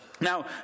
Now